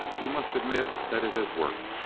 you must admit that it has worked.